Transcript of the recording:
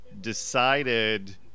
decided